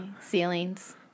ceilings